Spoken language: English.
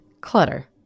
clutter